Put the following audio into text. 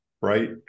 right